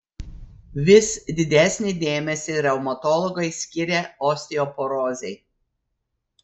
vis didesnį dėmesį reumatologai skiria osteoporozei